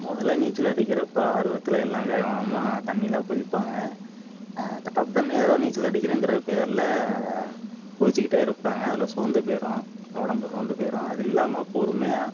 மொதலில் நீச்சல் அடிக்கிறப்போ ஆர்வத்தில் எல்லாம் வேக வேகமாக தண்ணியொல குதிப்பாங்க தட்டாபுடான்னு ஏதோ நீச்சல் அடிக்கிறேங்கிற பேரில் குதிச்சுக்கிட்டே இருப்பாங்க அதில் சோர்ந்து போயிடும் உடம்பு சோர்ந்து போயிடும் அது இல்லாமல் பொறுமையாக